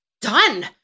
done